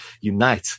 unite